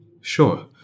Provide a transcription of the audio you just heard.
Sure